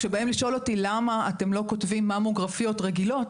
כשבאים לשאול אותי למה אנחנו לא כותבים ממוגרפיות רגילות